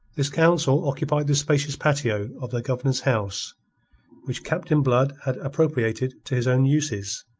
this council occupied the spacious patio of the governor's house which captain blood had appropriated to his own uses